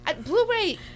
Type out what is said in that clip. Blu-ray